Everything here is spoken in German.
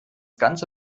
ganze